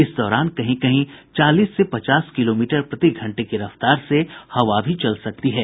इस दौरान कहीं कहीं चालीस से पचास किलोमीटर प्रति घंटे की रफ्तार से हवा भी चल सकती है